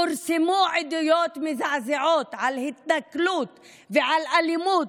פורסמו עדויות מזעזעות על התנכלות ועל אלימות